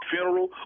Funeral